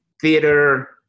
theater